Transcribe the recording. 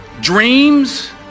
dreams